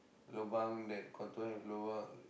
lobang that don't have lobang